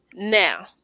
Now